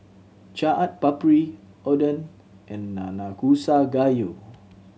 Chaat Papri Oden and Nanakusa Gayu